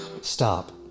stop